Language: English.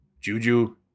Juju